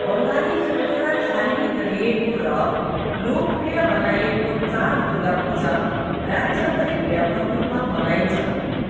बङ्गालीहरूद्वारा थालनी गरिएको र लोकप्रिय बनाइएको चाड दुर्गा पूजा राज्यभरि व्यापकरूपमा मनाइन्छ